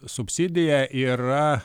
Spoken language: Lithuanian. subsidija yra